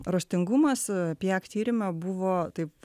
raštingumas pijak tyrime buvo taip